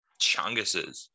chunguses